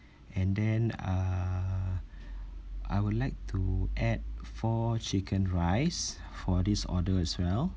and then uh I would like to add four chicken rice for this order as well